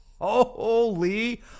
Holy